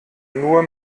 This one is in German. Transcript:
nur